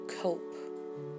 cope